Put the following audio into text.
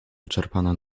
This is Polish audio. wyczerpana